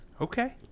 Okay